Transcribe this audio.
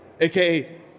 AKA